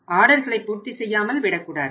ஆர்டர்களை பூர்த்தி செய்யாமல் விடக்கூடாது